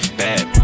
bad